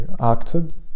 acted